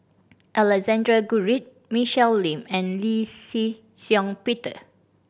Alexander Guthrie Michelle Lim and Lee Shih Shiong Peter